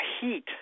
heat